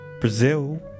Brazil